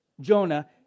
Jonah